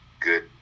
good